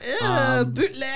Bootleg